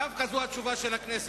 דווקא זאת התשובה של הכנסת.